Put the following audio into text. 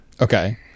Okay